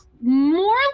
more